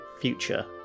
future